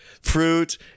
Fruit